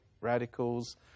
radicals